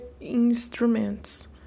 instruments